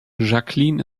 jacqueline